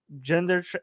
Gender